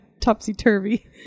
topsy-turvy